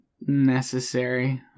necessary